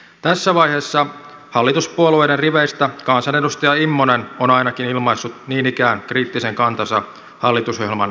tässä vaiheessa hallituspuolueiden riveistä ainakin kansanedustaja immonen on ilmaissut niin ikään kriittisen kantansa hallitusohjelman eurokirjauksiin